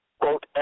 quote